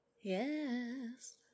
Yes